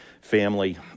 family